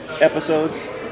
episodes